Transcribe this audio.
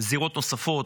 בזירות נוספות,